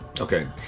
Okay